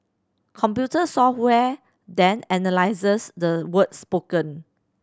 computer software then analyses the words spoken